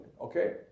okay